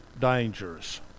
dangerous